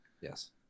Yes